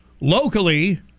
Locally